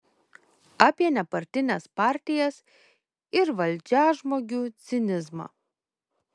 apie nepartines partijas ir valdžiažmogių cinizmą